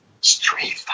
Street